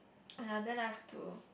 ya then I've to